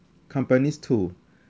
companies too